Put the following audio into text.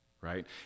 Right